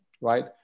right